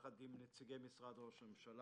ביחד עם נציגי משרד ראש הממשלה,